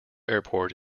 airport